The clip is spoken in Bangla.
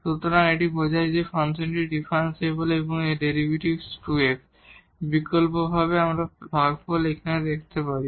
সুতরাং এটি বোঝায় যে ফাংশনটি ডিফারেনশিবল এবং এর ডেরিভেটিভ হল 2 x বিকল্পভাবে আমরা ভাগফল এখানে দেখাতে পারি